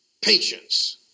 patience